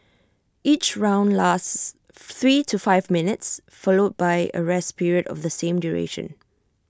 each round lasts three to five minutes followed by A rest period of the same duration